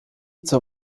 zur